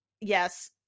Yes